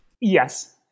Yes